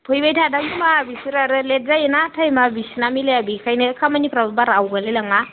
फैबाय थादोंखोमा बिसोर आरो लेट जायोना टाइमा बिसिना मिलाया बेखायनो खामानिफ्राव बारा आवगयलाय लाङा